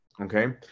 Okay